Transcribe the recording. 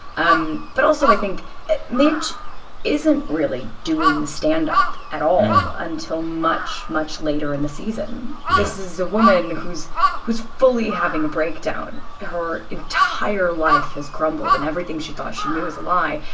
um but also, i think midge isn't really doing stand-up at all until much, much later in the season yeah this is a woman who's who's fully having a breakdown. her entire life has crumbled. and everything she thought she knew is a lie.